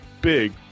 big